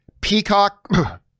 Peacock